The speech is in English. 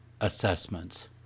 assessments